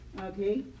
Okay